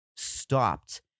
stopped